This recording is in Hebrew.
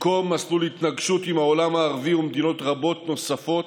במקום מסלול התנגשות עם העולם הערבי ועם מדינות רבות נוספות,